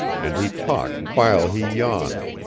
and he talked while he yawned.